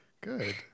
good